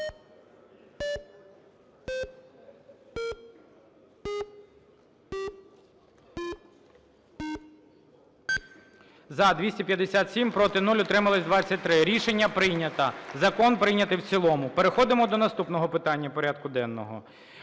За-257 Проти – 0, утрималися - 23. Рішення прийнято. Закон прийнятий в цілому. Переходимо до наступного питання порядку денного.